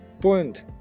point